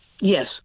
Yes